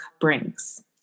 brings